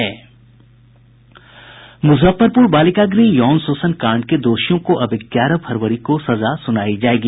मुजफ्फरपुर बालिका गृह यौन शोषण कांड के दोषियों को अब ग्यारह फरवरी को सजा सुनायी जायेगी